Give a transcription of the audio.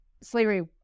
slavery